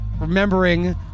remembering